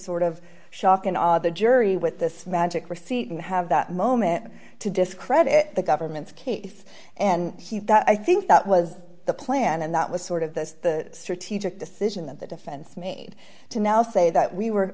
sort of shock and awe the jury with this magic receipt and have that moment to discredit the government's case and i think that was the plan and that was sort of the strategic decision that the defense made to now say that we were